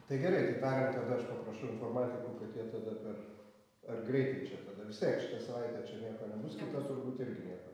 tai gerai tai tariam tada aš paprašau informatikų kad jie tada per ar greitai čia tada vis tiek šitą savaitę čia nieko nebus kitą turbūt irgi nieko